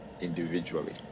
individually